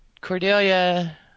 Cordelia